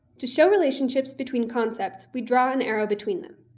to show relationships between concepts, we draw an arrow between them.